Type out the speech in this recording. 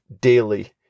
daily